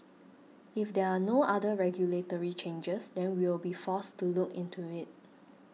if there are no other regulatory changes then we'll be forced to look into it